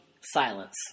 silence